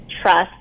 trust